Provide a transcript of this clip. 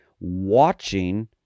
watching